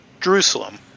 Jerusalem